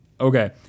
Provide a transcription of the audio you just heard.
Okay